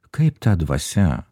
kaip ta dvasia